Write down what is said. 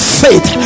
faith